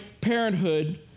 parenthood